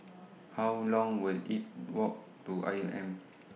How Long Will IT Walk to I M